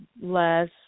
less